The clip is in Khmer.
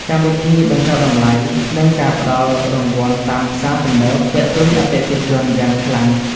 កម្មវិធីបញ្ចុះតម្លៃ និងការផ្ដល់រង្វាន់តាមផ្សារទំនើបទាក់ទាញអតិថិជនយ៉ាងខ្លាំង។